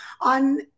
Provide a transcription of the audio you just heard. on